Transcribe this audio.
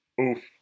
Oof